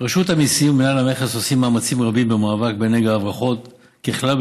רשות המיסים ומינהל המכס עושים מאמצים רבים במאבק בנגע ההברחות ככלל,